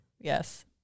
Yes